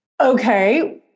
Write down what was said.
okay